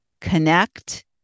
connect